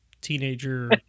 teenager